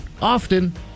often